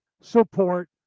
support